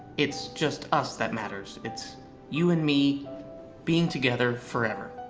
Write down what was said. it's just us that matters. it's you and me being together forever.